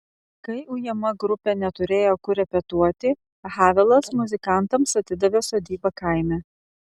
kai ujama grupė neturėjo kur repetuoti havelas muzikantams atidavė sodybą kaime